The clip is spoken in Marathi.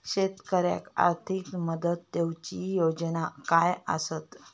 शेतकऱ्याक आर्थिक मदत देऊची योजना काय आसत?